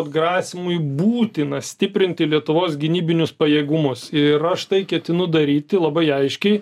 atgrasymui būtina stiprinti lietuvos gynybinius pajėgumus ir aš tai ketinu daryti labai aiškiai